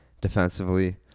defensively